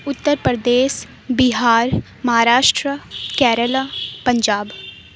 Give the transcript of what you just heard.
Uttar Pradesh Bihar Maharashtra Kerala Punjab